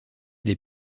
des